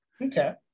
Okay